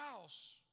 house